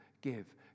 give